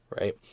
right